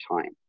time